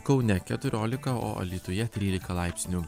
kaune keturiolika o alytuje trylika laipsnių